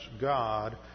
God